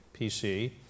PC